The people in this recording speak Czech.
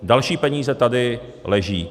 Další peníze tady leží.